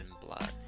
blood